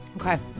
Okay